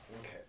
Okay